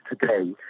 today